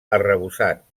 arrebossat